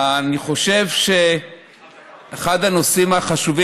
אני חושב שאחד הנושאים החשובים,